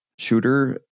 shooter